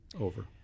Over